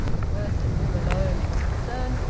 the person whom alone it concerned,